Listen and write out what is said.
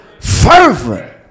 fervent